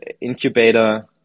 incubator